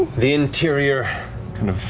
the interior kind of